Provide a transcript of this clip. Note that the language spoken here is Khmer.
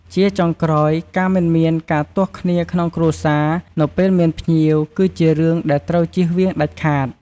ជាចុងក្រោយ ការមិនមានការទាស់គ្នាក្នុងគ្រួសារ នៅពេលមានភ្ញៀវ គឺជារឿងដែលត្រូវចៀសវាងដាច់ខាត។